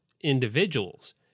individuals